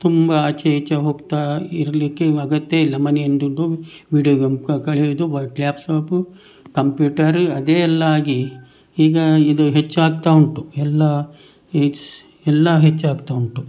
ತುಂಬ ಆಚೆ ಈಚೆ ಹೋಗ್ತಾಯಿರ್ಲಿಕ್ಕೆ ಅಗತ್ಯ ಇಲ್ಲ ಮನೆಯಿಂದುಡ್ಡು ವಿಡಿಯೋ ಗೇಮ್ ಕಳೆಯೋದು ಕಂಪ್ಯೂಟರ್ ಅದೇ ಎಲ್ಲ ಆಗಿ ಈಗ ಇದು ಹೆಚ್ಚಾಗ್ತಾ ಉಂಟು ಎಲ್ಲ ಇಟ್ಸ್ ಎಲ್ಲ ಹೆಚ್ಚಾಗ್ತಾ ಉಂಟು